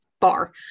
bar